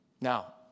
now